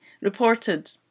reported